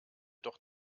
doch